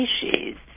species